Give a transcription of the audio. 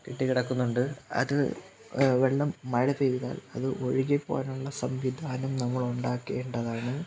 കെട്ടിക്കിടക്കുന്നുണ്ട് അത് വെള്ളം മഴ പെയ്താൽ അത് ഒഴുകിപ്പോകാനുള്ള സംവിധാനം നമ്മൾ ഉണ്ടാക്കേണ്ടതാണ്